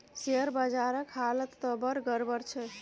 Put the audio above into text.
share बजारक हालत त बड़ गड़बड़ छै